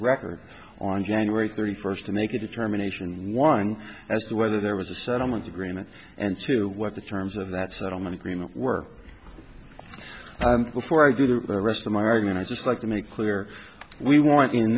record on january thirty first to make a determination in the wind as to whether there was a settlement agreement and to what the terms of that settlement agreement were before i go to the rest of my argument i'd just like to make clear we want in